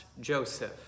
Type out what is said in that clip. Joseph